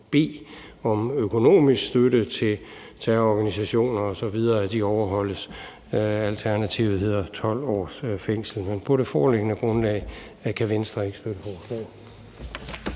b om økonomisk støtte til terrororganisationer osv., overholdes. Alternativet hedder 12 års fængsel. Men på det foreliggende grundlag kan Venstre ikke støtte forslaget.